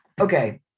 okay